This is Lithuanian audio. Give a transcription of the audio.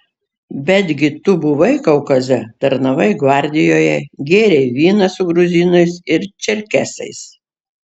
betgi tu buvai kaukaze tarnavai gvardijoje gėrei vyną su gruzinais ir čerkesais